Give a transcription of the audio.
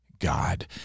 God